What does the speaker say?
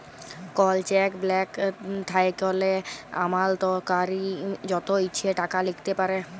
call cheque blank থ্যাইকলে আমালতকারী যত ইছে টাকা লিখতে পারে